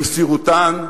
במסירותן,